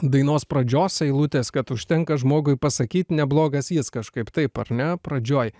dainos pradžios eilutės kad užtenka žmogui pasakyt neblogas jis kažkaip taip ar ne pradžioj